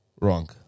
Wrong